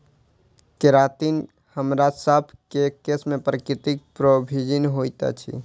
keratin हमरासभ केँ केश में प्राकृतिक प्रोभूजिन होइत अछि